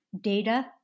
data